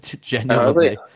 genuinely